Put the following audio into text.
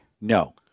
No